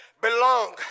belong